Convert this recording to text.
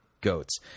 goats